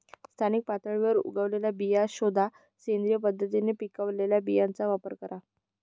स्थानिक पातळीवर उगवलेल्या बिया शोधा, सेंद्रिय पद्धतीने पिकवलेल्या बियांचा वापर करा